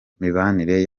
mibanire